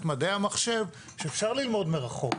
לגבי מדעי המחשב שאפשר ללמוד מרחוק,